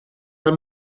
del